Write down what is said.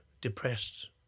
depressed